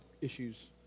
issues